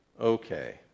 okay